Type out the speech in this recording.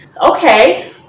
Okay